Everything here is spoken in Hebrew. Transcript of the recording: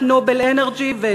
את "נובל אנרג'י" ואת,